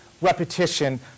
repetition